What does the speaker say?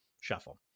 shuffle